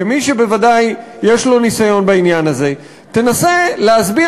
כמי שבוודאי יש לו ניסיון בעניין הזה: תנסה להסביר